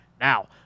Now